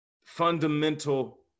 fundamental